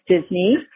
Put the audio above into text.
Disney